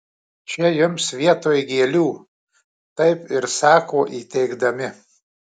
čia jums vietoj gėlių taip ir sako įteikdami